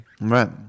Right